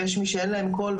יש מי שאין להם קול,